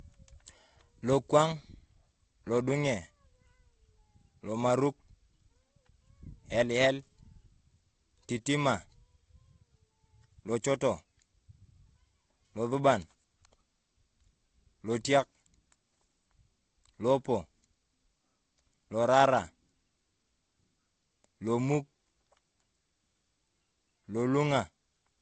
Lokwang’ lodung’e lomaruk elelelei tatima lochoto losuban lotiak lopo lorara lomuk lolung’a.